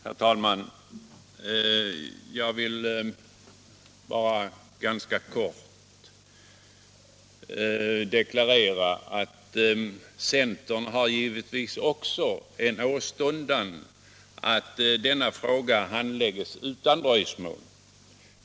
Herr talman! Jag vill bara kort deklarera att centern givetvis också har en åstundan att denna fråga handläggs utan dröjsmål.